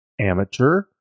amateur